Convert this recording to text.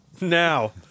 Now